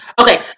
Okay